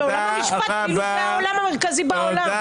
כאילו עולם המשפט זה העולם המרכזי בעולם.